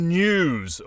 news